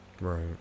Right